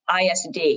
ISD